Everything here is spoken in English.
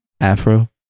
Afro